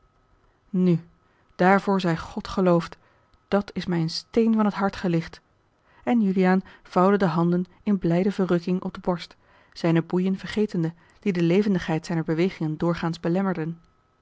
nu daarvoor zij god geloofd dat is mij een steen van het hart gelicht en juliaan vouwde de handen in blijde verrukking op de borst zijne boeien vergetende die de levendigheid zijner bewegingen doorgaans belemmerden